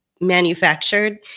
manufactured